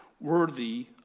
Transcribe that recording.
worthy